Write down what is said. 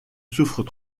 souffres